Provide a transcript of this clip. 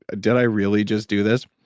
did i really just do this?